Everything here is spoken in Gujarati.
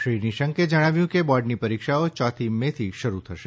શ્રી નીશંકે જણાવ્યું કે બોર્ડની પરીક્ષાઓ યોથી મે થી શરૂ થશે